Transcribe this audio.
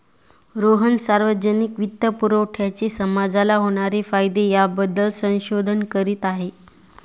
रोहन सार्वजनिक वित्तपुरवठ्याचे समाजाला होणारे फायदे याबद्दल संशोधन करीत आहे